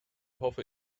hoffe